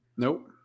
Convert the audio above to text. Nope